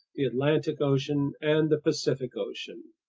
the atlantic ocean, and the pacific ocean.